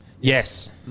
Yes